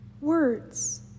Words